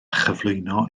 chyflwyno